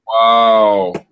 Wow